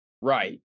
right